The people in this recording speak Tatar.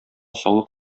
саулык